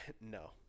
no